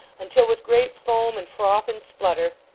until, with great foam and froth and splutter,